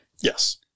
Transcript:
Yes